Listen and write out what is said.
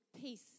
peace